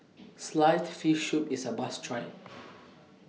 Sliced Fish Soup IS A must Try